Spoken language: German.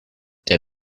der